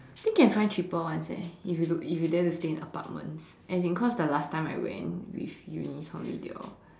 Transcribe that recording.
think can find cheaper ones eh if you dare to stay in apartments as in cause the last time I went with Eunice they all